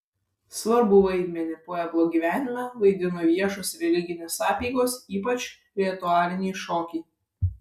svarbų vaidmenį pueblo gyvenime vaidino viešos religinės apeigos ypač ritualiniai šokiai